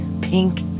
pink